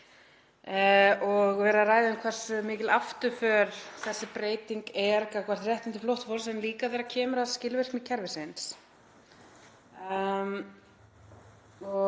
og verið að ræða um hversu mikil afturför þessi breyting er gagnvart réttindum flóttafólks en líka þegar kemur að skilvirkni kerfisins.